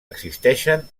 existeixen